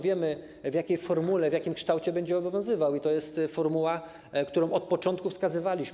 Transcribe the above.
Wiemy, w jakiej formule, w jakim kształcie będzie obowiązywał, i to jest formuła, którą od początku wskazywaliśmy.